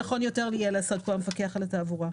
יכול להיות שנכון יותר יהיה לומר כאן המפקח על התעבורה.